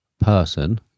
person